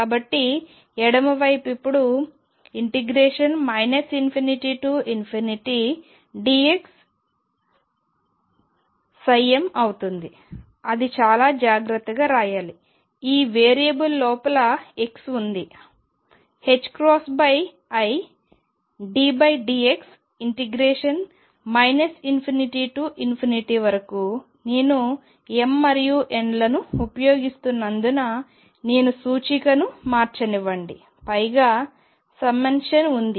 కాబట్టి ఎడమ వైపు ఇప్పుడు ∞dx m అవుతుంది అది చాలా జాగ్రత్తగా రాయాలి ఈ వేరియబుల్ లోపల x ఉంది iddx ఇంటిగ్రేషన్ ∞ నుండి వరకు నేను m మరియు n లను ఉపయోగిస్తున్నందున నేను సూచికను మార్చనివ్వండి పైగా సమ్మషన్ ఉంది